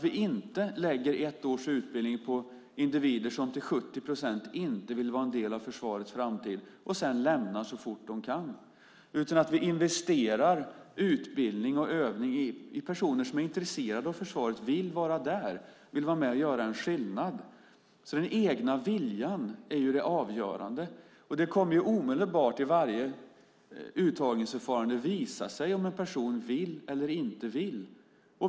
Vi lägger inte ett års utbildning på individer som till 70 procent inte vill vara en del av försvarets framtid och lämnar det så fort de kan. Vi investerar utbildning och övning i personer som är intresserade av försvaret och vill vara där, vill vara med och göra en skillnad. Den egna viljan är det avgörande. Det kommer omedelbart i varje uttagningsförfarande att visa sig om en person vill eller inte vill.